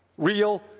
real,